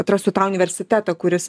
atrastų tą universitetą kuris